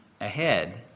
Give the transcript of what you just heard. ahead